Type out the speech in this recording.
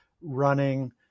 running